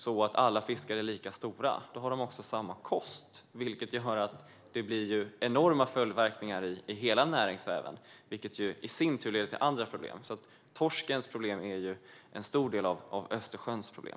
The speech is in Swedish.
Om alla fiskar är lika stora har de också samma kost, vilket gör att det blir enorma följdverkningar i hela näringsväven. Det leder i sin tur till andra problem. Torskens problem är alltså en stor del av Östersjöns problem.